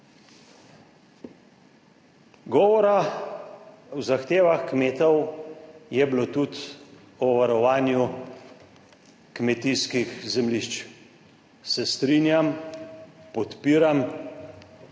Govora o zahtevah kmetov je bilo tudi o varovanju kmetijskih zemljišč. Se strinjam, podpiram,